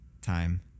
time